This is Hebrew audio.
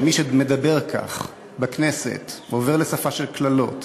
מי שמדבר כך בכנסת ועובר לשפה של קללות,